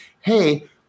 Hey